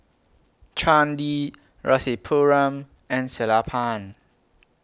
Chandi Rasipuram and Sellapan